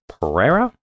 Pereira